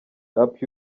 rap